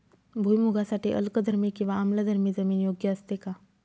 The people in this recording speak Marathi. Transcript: भुईमूगासाठी अल्कधर्मी किंवा आम्लधर्मी जमीन योग्य असते का?